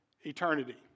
eternity